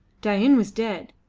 dain was dead,